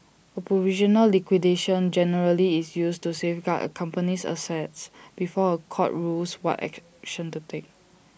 A provisional liquidation generally is used to safeguard A company's assets before A court rules what action to take